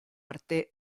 arte